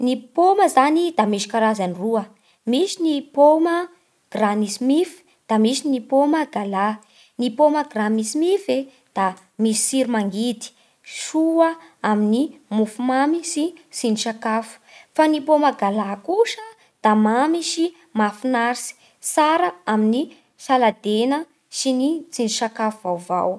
Ny paoma zany da misy karazany roa: misy ny paoma granny smith da misy ny paoma gala. Ny paoma granny smith e da misy tsiro mangidy, soa amin'ny mofo mamy sy tsindrin-tsakafo. Fa ny paoma gala kosa da mamy sy mahafinaritsy, tsara amin'ny salady hena sy ny tsindrin-tsakafo avao.